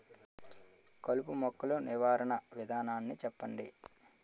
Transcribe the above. కలుపు మొక్కలు నివారణ విధానాన్ని చెప్పండి?